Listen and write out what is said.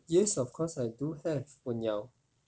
yes of course I do have 我有